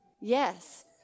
Yes